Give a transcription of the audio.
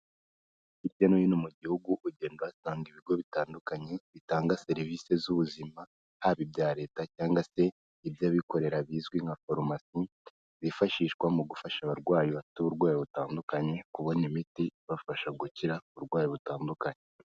Hirya no hino mu gihugu, ugenda uhasanga ibigo bitandukanye bitanga serivisi z'ubuzima, haba ibya Leta cyangwa se iby'abikorera bizwi nka farumasi, byifashishwa mu gufasha abarwayi bafite uburwayi butandukanye kubona imiti ibafasha gukira uburwayi butandukanye.